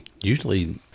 Usually